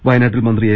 വയനാട്ടിൽ മന്ത്രി എ